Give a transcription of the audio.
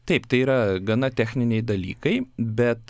taip tai yra gana techniniai dalykai bet